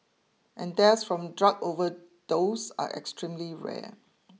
and deaths from drug overdose are extremely rare